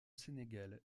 sénégal